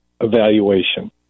evaluation